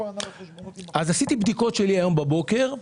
עשיתי בדיקות שלי הבוקר.